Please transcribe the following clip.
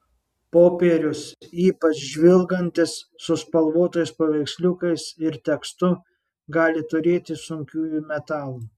popierius ypač žvilgantis su spalvotais paveiksliukais ir tekstu gali turėti sunkiųjų metalų